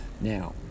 Now